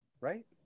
Right